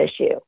issue